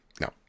No